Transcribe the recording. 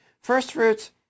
Firstfruits